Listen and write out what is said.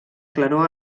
claror